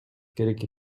керек